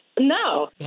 No